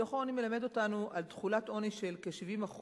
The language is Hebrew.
דוח העוני מלמד אותנו על תחולת עוני של כ-70%